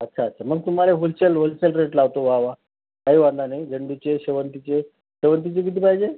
अच्छा अच्छा मग तुम्हाला होलचेल होलसेल रेट लावतो वावा काही वांधा नाही झेंडूचे शेवंतीचे शेवंतीचे किती पाहिजे